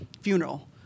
funeral